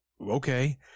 okay